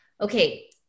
okay